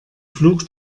flug